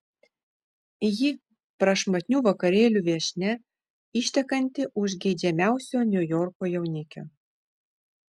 ji prašmatnių vakarėlių viešnia ištekanti už geidžiamiausio niujorko jaunikio